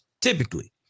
Typically